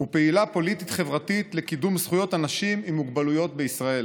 ופעילה פוליטית חברתית לקידום זכויות אנשים עם מוגבלויות בישראל.